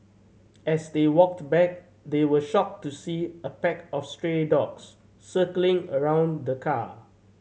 as they walked back they were shocked to see a pack of stray dogs circling around the car